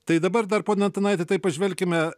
tai dabar dar pone antanaiti taip pažvelkime